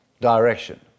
direction